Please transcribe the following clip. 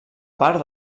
part